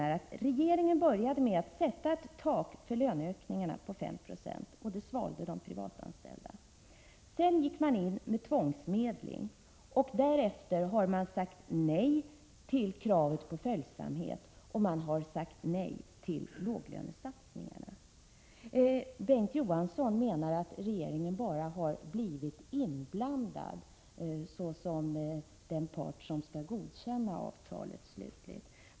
Regeringen började med att sätta ett tak på 5 90 för löneökningarna, och det accepterade de privatanställda. Sedan gick man in med tvångsmedling, och därefter har man sagt nej till kravet på följsamhet och till låglönesatsningarna. Bengt K. Å. Johansson menar att regeringen bara har blivit inblandad såsom den part som slutligt skall godkänna avtalet.